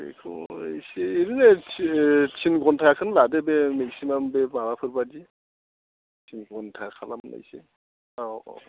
बेखौ इसे ओरैनो टिन घन्टाखौनो लादोदे मेक्सिमाम बे माबाफोरबादि दुइ घन्टा खालामदो एसे औ औ